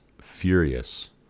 furious